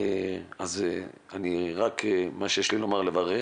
אז רק נותר לי לברך,